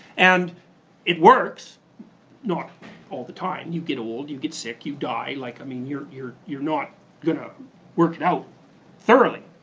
and it works not all the time. you get old, you get sick, you die. like i mean you're you're not gonna work it out thoroughly.